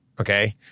Okay